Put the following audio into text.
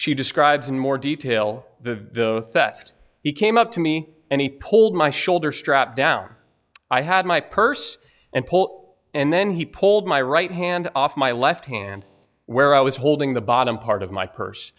she describes in more detail the theft he came up to me and he pulled my shoulder strap down i had my purse and pull and then he pulled my right hand off my left hand where i was holding the bottom part of my purse